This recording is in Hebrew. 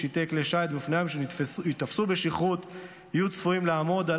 משיטי כלי שיט ואופנועי ים שייתפסו בשכרות יהיו צפויים לעמוד על